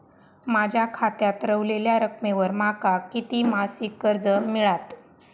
माझ्या खात्यात रव्हलेल्या रकमेवर माका किती मासिक कर्ज मिळात?